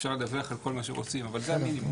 אפשר לדווח על כל מה שרוצים, אבל זה המינימום.